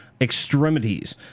extremities